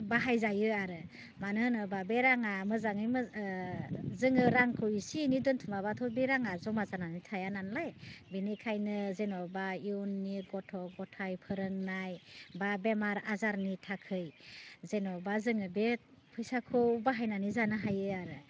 बाहायजायो आरो मानो होनोबा बे राङा मोजाङै जोङो रांखौ एसे एनै दोनथुमाबाथ' बे रांआ ज'मा जानानै थाया नालाय बेनिखायनो जेन'बा इयुननि गथ' गथाइ फोरोंनाय बा बेमार आजारनि थाखाय जेनेबा जोङो बे फैसाखौ बाहायनानै जानो हायो आरो